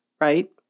Right